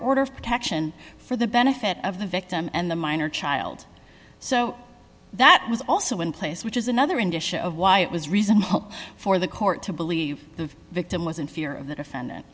order of protection for the benefit of the victim and the minor child so that was also in place which is another indication of why it was reasonable for the court to believe the victim was in fear of the defendant